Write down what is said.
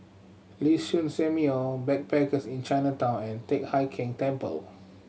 Liuxun Sanhemiao Backpackers Inn Chinatown and Teck Hai Keng Temple